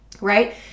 right